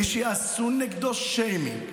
מי שעשו נגדו שיימינג,